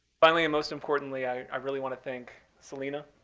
finally, and most importantly, i really want to think selena,